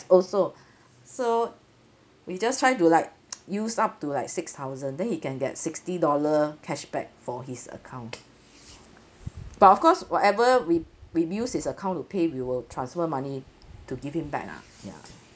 also so we just try to like use up to like six thousand then he can get sixty dollar cashback for his account but of course whatever we we use his account to pay we will transfer money to give him back lah ya